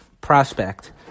prospect